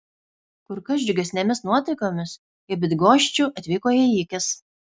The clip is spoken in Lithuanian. kur kas džiugesnėmis nuotaikomis į bydgoščių atvyko ėjikės